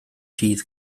dydd